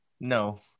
No